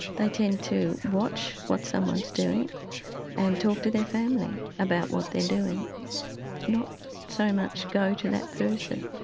they tend to watch what someone's doing and talk to their family about what they're doing not so much go to that person.